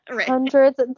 Hundreds